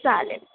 चालेल